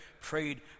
prayed